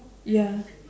ya